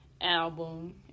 album